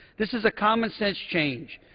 this is a commonsense change.